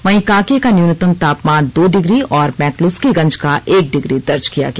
वहीं कांके का न्यूनतम तापमान दो डिग्री और मैक्लूस्कीगंज का एक डिग्री दर्ज किया गया